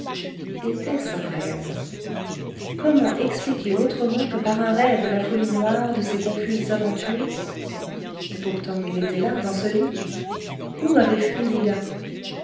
etait-ce un rêve comment expliquer autrement que par un rêve la folie noire de ces confuses aventures et pourtant il était là dans ce lit où avait fui lila